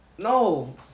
No